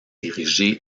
érigé